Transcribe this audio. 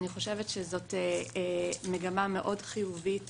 אני חושבת שזו מגמה מאוד חיובית.